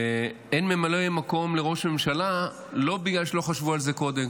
אין ממלא מקום לראש הממשלה לא בגלל שלא חשבו על זה קודם,